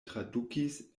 tradukis